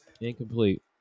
Incomplete